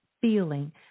feeling